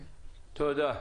תודה.